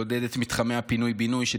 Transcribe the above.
לעודד את מתחמי הפינוי-בינוי בטבריה,